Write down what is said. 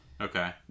Okay